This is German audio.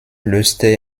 löste